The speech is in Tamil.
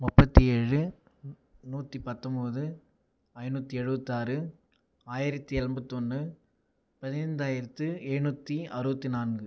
முப்பத்தி ஏழு நூற்றி பத்தொம்போது ஐநூற்றி எழுபத்து ஆறு ஆயிரத்தி எழுபத்தொன்னு பதினைந்தாயிரத்து எண்ணூற்றி அறுபத்தி நான்கு